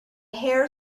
hare